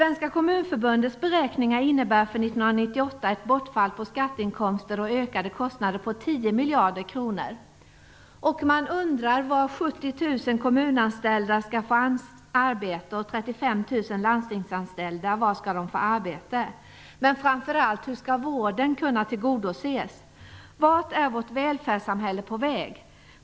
1998 ett bortfall av skatteinkomster och ökade kostnader på 10 miljarder kronor. Man undrar var 70 000 kommunanställda och 35 000 landstingsanställda skall få arbete. Men framför allt, hur skall vården kunna tillgodoses? Vart är vårt välfärdssamhälle på väg?